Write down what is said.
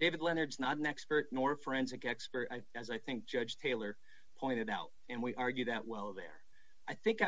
david leonard is not an expert nor forensic expert i think as i think judge taylor pointed out and we argue that well there i think